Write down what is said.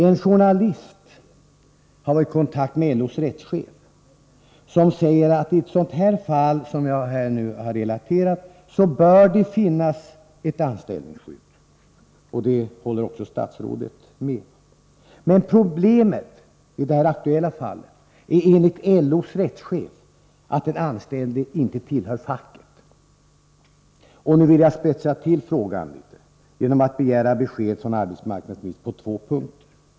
En journalist har varit i kontakt med LO:s rättschef, som säger att det i ett sådant fall som jag har relaterat bör finnas ett anställningsskydd. Det håller också statsrådet med om. Men problemet i det aktuella fallet är enligt LO:s rättschef att den anställde inte tillhör facket. Nu vill jag spetsa till frågan litet grand genom att begära besked från arbetsmarknadsministern på två punkter.